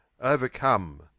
Overcome